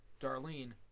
Darlene